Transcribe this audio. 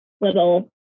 little